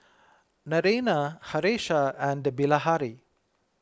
Naraina Haresh and Bilahari